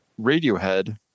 Radiohead